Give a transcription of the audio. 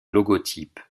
logotype